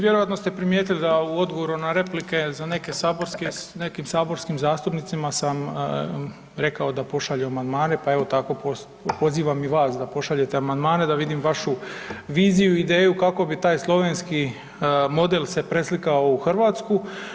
Vjerojatno ste primijetili da u odgovoru na replike za neke saborske, nekim saborskim zastupnicima sam rekao da pošalju amandmane, pa evo tako pozivam i vas da pošaljete amandmane da vidim vašu viziju i ideju kako bi taj slovenski model se preslikao u Hrvatsku.